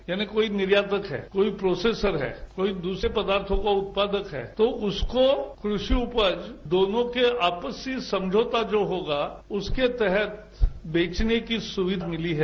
यानी कोई निर्यातबद्ध है कोई प्रोसेसर है कोई दूसरे पदार्थों का उत्पादक है तो उसको कृषि उपज दोनों के आपसी समझौता जो होगा उसके तहत बेचने की सुविधा मिली है